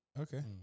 Okay